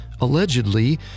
Allegedly